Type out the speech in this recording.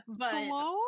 Hello